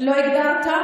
לא הגדרת?